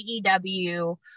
AEW